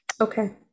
Okay